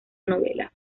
novelas